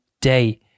day